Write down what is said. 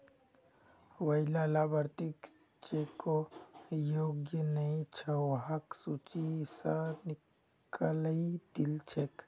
वैला लाभार्थि जेको योग्य नइ छ वहाक सूची स निकलइ दिल छेक